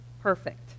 perfect